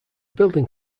building